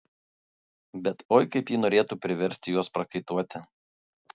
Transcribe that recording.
bet oi kaip ji norėtų priversti juos prakaituoti